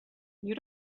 you